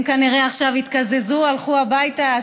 הם כנראה עכשיו התקזזו, הלכו הביתה.